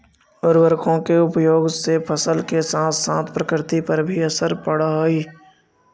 उर्वरकों के उपयोग से फसल के साथ साथ प्रकृति पर भी असर पड़अ हई